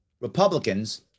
Republicans